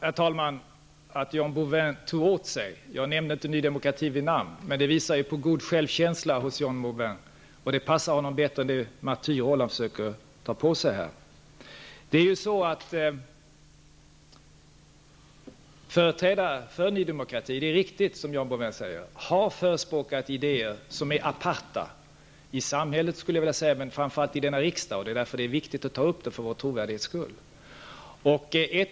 Herr talman! Jag noterar att John Bouvin tog åt sig, och det visar på god självkänsla hos honom. Jag nämnde inte Ny Demokrati vid namn. Det passar honom bättre än den martyrroll han försöker ta på sig. Det är riktigt som John Bouvin säger att företrädare för Ny Demokrati har förespråkat idéer som är aparta i samhället och framför allt i denna riksdag. Därför är det viktigt för riksdagens trovärdighet att ta upp dessa frågor.